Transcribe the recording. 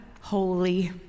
holy